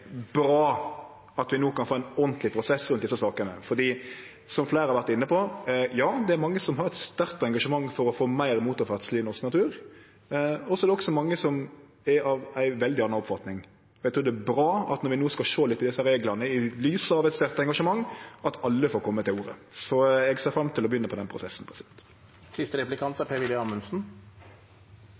bra at vi no kan få ein ordentleg prosess rundt desse sakene, for som fleire har vore inne på: Ja, det er mange som har eit sterkt engasjement for å få meir motorferdsel i norsk natur, og så er det også mange som er av ei veldig anna oppfatning. Eg trur det er bra, når vi no skal sjå litt på desse reglane i lys av eit sterkt engasjement, at alle får kome til orde. Så eg ser fram til å begynne på den prosessen. Det er